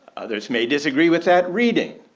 others may disagree with that reading.